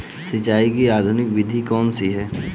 सिंचाई की आधुनिक विधि कौन सी है?